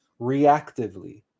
reactively